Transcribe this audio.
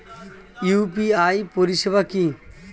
UPI পরিষেবা কি?